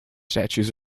statues